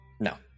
No